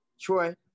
Troy